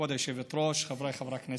כבוד היושבת-ראש, חבריי חברי הכנסת,